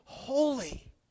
Holy